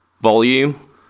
volume